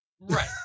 Right